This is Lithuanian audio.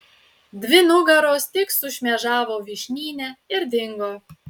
dvi nugaros tik sušmėžavo vyšnyne ir dingo